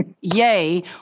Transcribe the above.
Yay